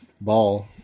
ball